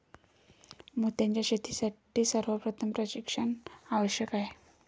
मोत्यांच्या शेतीसाठी सर्वप्रथम प्रशिक्षण आवश्यक आहे